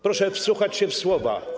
Proszę wsłuchać się w słowa.